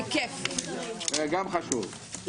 הישיבה ננעלה בשעה 15:18.